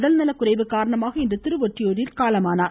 உடல்நலக்குறைவு காரணமாக இன்று திருவொற்றியூரில் காலமானார்